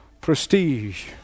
prestige